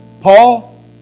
Paul